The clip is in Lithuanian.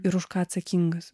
ir už ką atsakingas